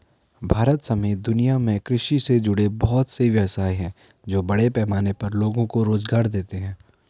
भारत समेत दुनिया में कृषि से जुड़े बहुत से व्यवसाय हैं जो बड़े पैमाने पर लोगो को रोज़गार देते हैं